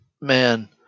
man